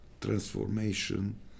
transformation